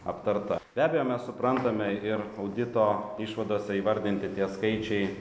aptarta be abejo mes suprantame ir audito išvadose įvardinti tie skaičiai